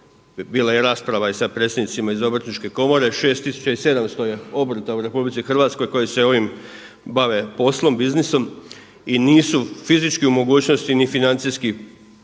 Bila je i rasprava i sa predsjednicima iz Obrtničke komore 6700 je obrta u Republici Hrvatskoj koji se ovim bave poslom, businessom i nisu fizički u mogućnosti ni financijski